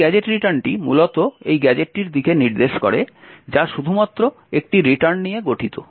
এই গ্যাজেট রিটার্নটি মূলত এই গ্যাজেটটির দিকে নির্দেশ করে যা শুধুমাত্র একটি রিটার্ন নিয়ে গঠিত